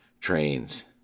Trains